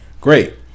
Great